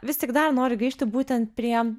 vis tik dar noriu grįžti būtent prie